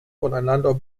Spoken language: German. voneinander